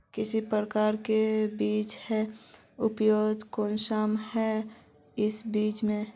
किस प्रकार के बीज है उपज कुंसम है इस बीज में?